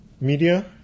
media